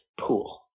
pool